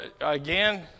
again